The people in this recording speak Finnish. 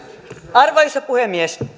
arvoisa puhemies